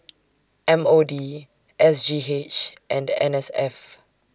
M O D S G H and N S F